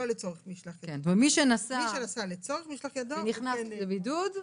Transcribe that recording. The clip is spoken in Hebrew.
לצורך משלח ידו --- ונכנס לבידוד,